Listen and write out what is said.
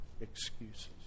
excuses